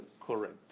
Correct